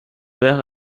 wäre